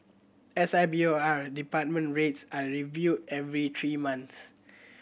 S I B O R department rates are reviewed every three months